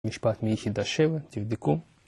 משפט מייחידה שבע, תרדיקום